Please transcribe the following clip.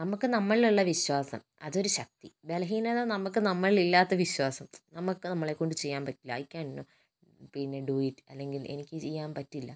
നമുക്ക് നമ്മളിൽ ഉള്ള വിശ്വാസം അതൊരു ശക്തി ബലഹീനത നമുക്ക് നമ്മളിൽ ഇല്ലാത്ത വിശ്വാസം നമുക്ക് നമ്മളെ കൊണ്ട് ചെയ്യാൻ പറ്റില്ല ഐ ക്യാൻ ഡൂ പിന്നെ ഡൂ ഇറ്റ് അല്ലെങ്കിൽ എനിക്ക് ചെയ്യാൻ പറ്റില്ല